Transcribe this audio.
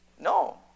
No